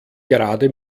gerade